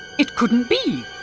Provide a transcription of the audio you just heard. it couldn't be!